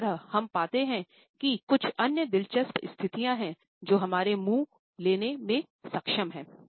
इसी तरह हम पाते हैं कि कुछ अन्य दिलचस्प स्थितियाँ हैं जो हमारा मुँह लेने में सक्षम है